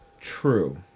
True